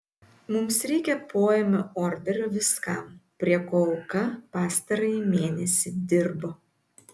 mums reikia poėmio orderio viskam prie ko auka pastarąjį mėnesį dirbo